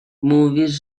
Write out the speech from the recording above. mówisz